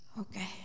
Okay